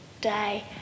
day